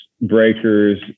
breakers